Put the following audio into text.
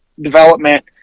development